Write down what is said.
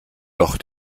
doch